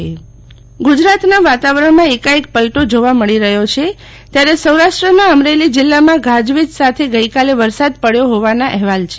શીતલ વૈશ્નવ સીરાષ્ટ્રમાં વરસાદ ગુજરાતના વાતાવરણમાં એકાએક પલટો જોવા મળી રહ્યો છે ત્યારે સૌરાષ્ટ્ર નાં અમરેલી જીલ્લામાં ગાજવીજ સાથે ગઇકાલે વરસાદ પડ્યો હોવાના અહેવાલ છે